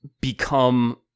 become